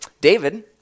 David